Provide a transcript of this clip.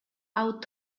out